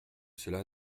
cela